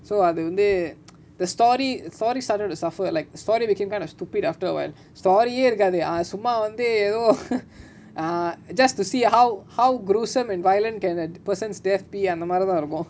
so அதுவந்து:athuvanthu the story story started to suffer like story became kind a stupid after awhile story யே இருக்காது:ye irukaathu ah சும்மா வந்து எதோ:summa vanthu etho ah just to see how how gruesome and violent can a person's death be அந்தமாரிதா இருக்கு:anthamaritha iruku